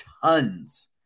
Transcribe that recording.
tons